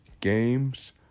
games